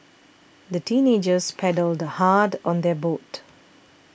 the teenagers paddled hard on their boat